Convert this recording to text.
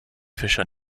fischer